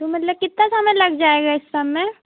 तो मतलब कितना समय लग जाएगा इन सब में